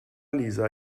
lisa